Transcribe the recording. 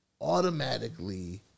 Automatically